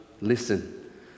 listen